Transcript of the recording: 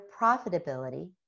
profitability